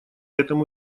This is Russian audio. этому